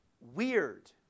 weird